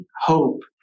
hope